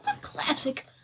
classic